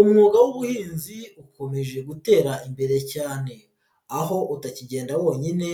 Umwuga w'ubuhinzi ukomeje gutera imbere cyane aho utakigenda wonyine